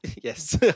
yes